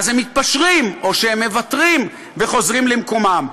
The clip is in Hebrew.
אז הם מתפשרים או שהם מוותרים וחוזרים למקומם.